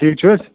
ٹھیٖک چھِوٕ حَظ